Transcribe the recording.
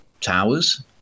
towers